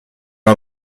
are